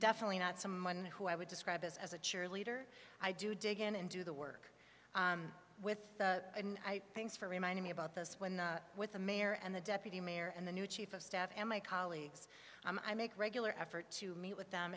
definitely not someone who i would describe as a cheerleader i do dig in and do the work with thanks for reminding me about this when with the mayor and the deputy mayor and the new chief of staff and my colleagues i make regular effort to meet with them